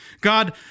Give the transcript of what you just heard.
God